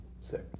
Sick